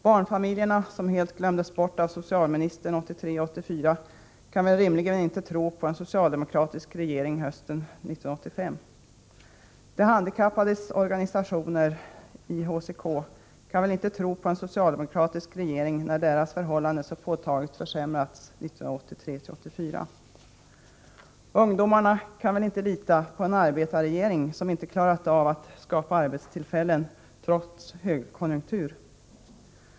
Barnfamiljerna, som helt glömdes bort av socialministern 1983 och 1984, kan väl rimligen inte tro på en socialdemokratisk regering hösten 1985. De handikappades organisation i HCK kan väl inte tro på en socialdemokratisk regering, när deras förhållanden så påtagligt har försämrats 1983-1984. Ungdomarna kan väl inte lita på en arbetarregering som trots högkonjunktur inte klarat av att skapa arbetstillfällen.